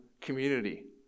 community